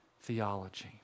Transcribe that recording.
theology